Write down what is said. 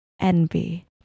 Envy